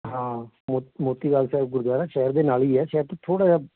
ਹਾਂ ਮੋ ਮੋਤੀ ਬਾਗ ਸਾਹਿਬ ਗੁਰਦੁਆਰਾ ਸ਼ਹਿਰ ਦੇ ਨਾਲ ਹੀ ਹੈ ਸ਼ਹਿਰ ਤੋਂ ਥੋੜ੍ਹਾ ਜਿਹਾ